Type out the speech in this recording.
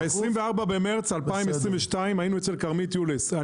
ב-24 במרץ 2022 אני היינו אצל כרמית יולס.